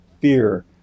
fear